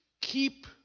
keep